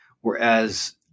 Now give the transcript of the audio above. whereas